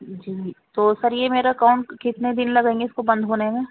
جی تو سر یہ میرا اکاؤنٹ کتنے دن لگیں گے اس کو بند ہونے میں